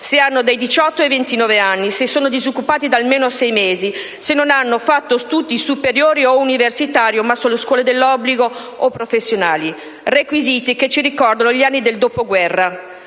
se hanno dai 18 ai 29 anni, se sono disoccupati da almeno 6 mesi, se non hanno fatto studi superiori o universitari, ma solo scuole dell'obbligo o professionali. Sono requisiti che ci ricordano gli anni del dopoguerra: